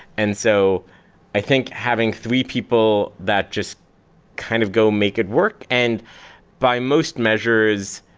and so i think having three people that just kind of go make it work. and by most measures,